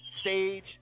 stage